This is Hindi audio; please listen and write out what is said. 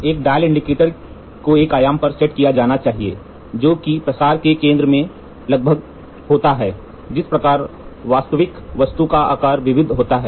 एक डायल इंडिकेटर को एक आयाम पर सेट किया जाना चाहिए जो कि प्रसार के केंद्र में लगभग होता है जिस पर वास्तविक वस्तु का आकार विविध होता है